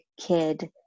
kid